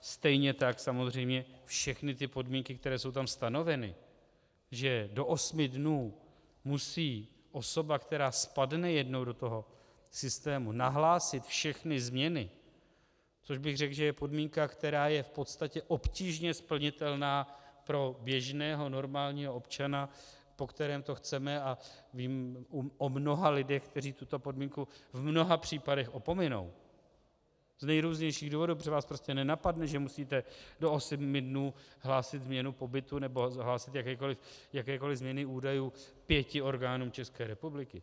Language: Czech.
Stejně tak všechny ty podmínky, které jsou tam stanoveny, že do osmi dnů musí osoba, která spadne jednou do toho systému, nahlásit všechny změny, což bych řekl, že je podmínka, která je v podstatě obtížně splnitelná pro běžného normálního občana, po kterém to chceme, a vím o mnoha lidech, kteří tuto podmínku v mnoha případech opominou z nejrůznějších důvodů, protože vás prostě nenapadne, že musíte do osmi dnů hlásit změnu pobytu nebo jakékoli změny údajů pěti orgánům České republiky.